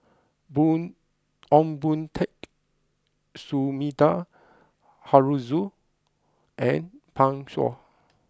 Boon Ong Boon Tat Sumida Haruzo and Pan Shou